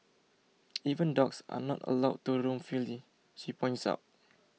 even dogs are not allowed to roam freely she points out